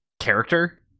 character